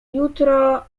jutro